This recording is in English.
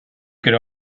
could